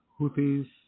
Houthis